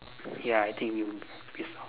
ya I think you pissed off